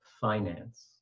finance